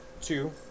Two